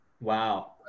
Wow